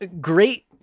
great